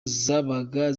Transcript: zabaga